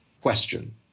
question